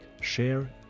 share